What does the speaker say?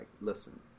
listen